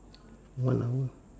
one hour